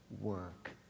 work